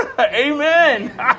Amen